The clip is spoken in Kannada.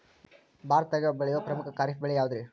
ಭಾರತದಾಗ ಬೆಳೆಯೋ ಪ್ರಮುಖ ಖಾರಿಫ್ ಬೆಳೆ ಯಾವುದ್ರೇ?